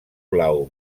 blau